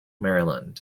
maryland